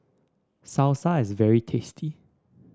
salsa is very tasty